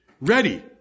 ready